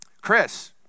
Chris